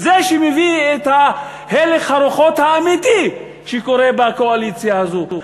זה שמביא את הלך הרוחות האמיתי שקורה בקואליציה הזאת.